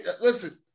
Listen